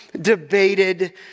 debated